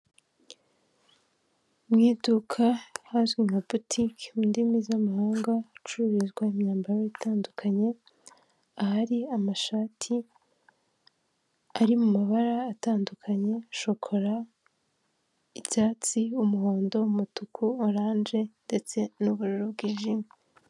Mu iduka ahazwi nka butike mu ndimi z'amahanga hacururizwa imyambaro itandukanye ahari amashati ari mu mabara atandukanye, shokora, icyatsi, umuhondo, umutuku, oranje ndetse n'ubururu bwijimye.